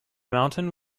mountain